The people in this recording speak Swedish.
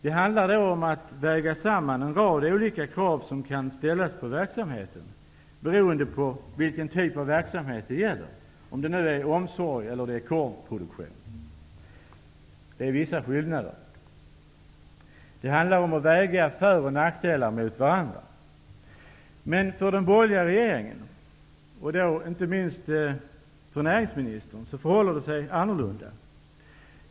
Det handlar om att väga samman en rad olika krav som kan ställas på verksamheten beroende på vilken typ av verksamhet som det gäller, t.ex. om det är fråga om omsorg eller korvproduktion. Det finns vissa skillnader däremellan, och det handlar om att väga för och nackdelar mot varandra. Men för den borgerliga regeringen, inte minst för näringsministern, förhåller det sig annorlunda.